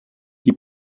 die